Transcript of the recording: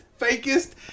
fakest